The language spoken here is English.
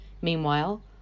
Meanwhile